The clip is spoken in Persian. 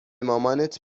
مامانت